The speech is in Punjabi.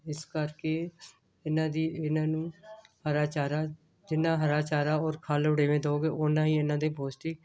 ਇਸ ਕਰਕੇ ਇਹਨਾਂ ਦੀ ਇਹਨਾਂ ਨੂੰ ਹਰਾ ਚਾਰਾ ਜਿੰਨਾ ਹਰਾ ਚਾਰਾ ਔਰ ਖਲ੍ਹ ਵੜੇਵੇਂ ਦਓਗੇ ਉਨਾਂ ਹੀ ਇਹਨਾਂ ਦਾ ਪੌਸ਼ਟਿਕ